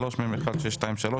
התשפ"ג-2023 (מ/1623),